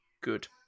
Good